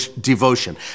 devotion